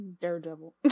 daredevil